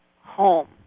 home